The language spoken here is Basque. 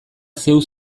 zeu